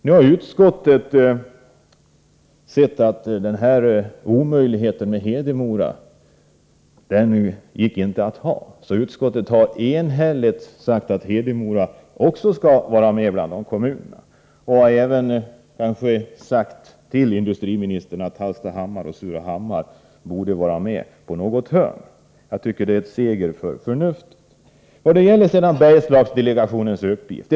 Nu har utskottet förstått att det var orimligt att ställa Hedemora utanför, så utskottet har enhälligt sagt att Hedemora också skall vara med bland de kommuner som prioriteras — kanske har man också sagt till industriministern att Hallstahammar och Surahammar borde vara med på något hörn — och jag tycker att det är en seger för förnuftet.